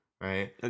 right